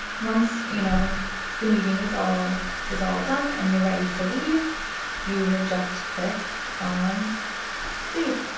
once you know the meeting is all is all done and you're ready to leave you, would just click on leave,